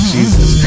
Jesus